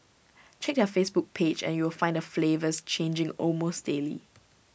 check their Facebook page and you will find the flavours changing almost daily